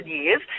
years